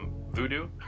Voodoo